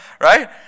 Right